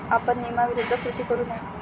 आपण नियमाविरुद्ध कृती करू नये